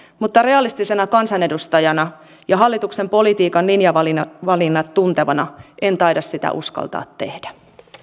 mutta realistisena kansanedustajana ja hallituksen politiikan linjavalinnat tuntevana en taida sitä uskaltaa tehdä